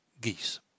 geese